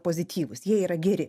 pozityvūs jie yra geri